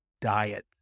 diet